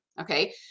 Okay